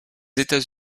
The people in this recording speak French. états